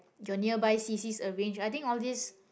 your near by c_cs arrange I think all this